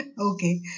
okay